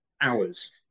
hours